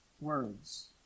words